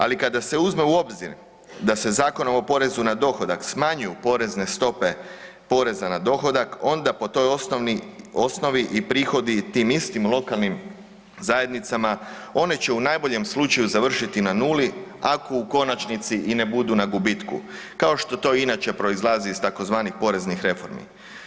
Ali, kada se uzme u obzir da se Zakonom o porezu na dohodak smanjuju porezne stope poreza na dohodak, onda po toj osnovi i prihodi tim istim lokalnim zajednicama, one će u najboljem slučaju završiti na nuli ako u konačnici i ne budu na gubitku, kao što to inače proizlazi iz tzv. poreznih reformi.